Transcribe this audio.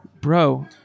bro